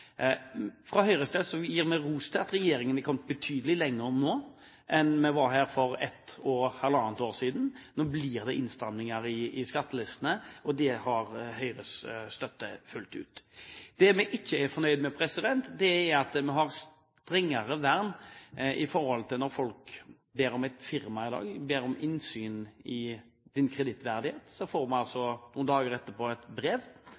Fra Høyres side gir vi ros til regjeringen for å ha kommet betydelig lenger nå enn for 1 år eller 1 ½ år siden. Nå blir det innstramminger for offentliggjøring i skattelistene, og det har Høyres støtte fullt ut. Det vi ikke er fornøyd med, er at vi har strengere vern når et firma i dag ber om innsyn i din kredittverdighet. Da får du noen dager etterpå et brev